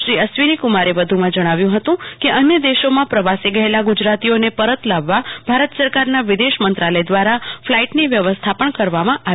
શ્રી અશ્વિનીકુમારે વધમાં જણાવ્યું હતું કે અન્ય દશોમાં પ્રવાસે ગયેલા ગુજરાતીઓને પરત લાવ વા ભારત સરકારના વિદેશ મંત્રાલય દવારા ફલાઈટનો વ્યવસ્થા કરવામાં આવી છે